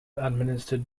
administered